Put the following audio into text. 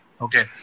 Okay